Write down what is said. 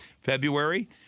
February